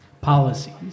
policies